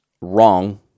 wrong